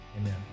Amen